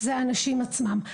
אלה האנשים עצמם.